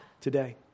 today